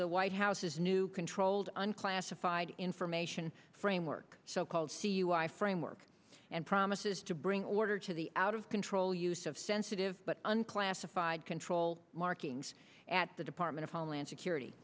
the white house's new controlled and classified information framework so called c u i framework and promises to bring order to the out of control use of sensitive but unclassified control markings at the department of homeland security